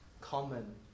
common